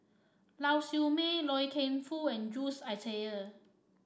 Lau Siew Mei Loy Keng Foo and Jules Itier